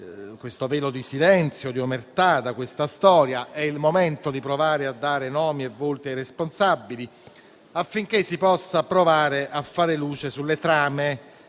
un tale velo di silenzio e di omertà da questa storia. È il momento di provare a dare nomi e volti ai responsabili, affinché si possa provare a far luce sulle trame